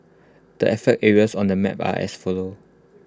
the affected areas on the map are as follow